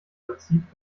vollzieht